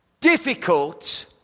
difficult